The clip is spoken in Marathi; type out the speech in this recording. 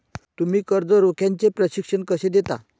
तुम्ही कर्ज रोख्याचे प्रशिक्षण कसे देता?